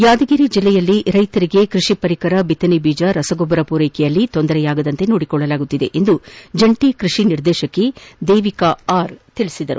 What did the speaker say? ಯಾದಗಿರಿ ಜಿಲ್ಲೆಯಲ್ಲಿ ರೈತರಿಗೆ ಕೃಷಿ ಪರಿಕರ ಬಿತ್ತನೆ ಬೀಜ ರಸಗೊಬ್ಬರ ಪೂರೈಕೆಯಲ್ಲಿ ಯಾವುದೇ ತೊಂದರೆಯಾಗದಂತೆ ನೋಡಿಕೊಳ್ಳಲಾಗುತ್ತಿದೆ ಎಂದು ಜಂಟಿ ಕೃಷಿ ನಿರ್ದೇಶಕಿ ದೇವಿಕಾ ಆರ್ ತಿಳಿಸಿದ್ದಾರೆ